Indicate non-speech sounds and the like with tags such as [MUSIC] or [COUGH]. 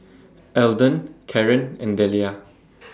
Eldon Caren and Delia [NOISE]